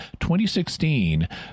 2016